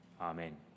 amen